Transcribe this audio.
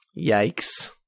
Yikes